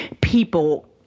people